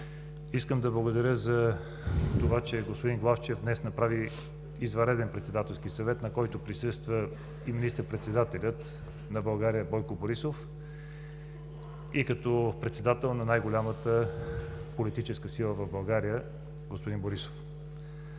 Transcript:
Искам да благодаря за това, че господин Главчев днес направи извънреден Председателски съвет, на който присъства и министър-председателят и председател на най-голямата политическа сила в България господин Борисов.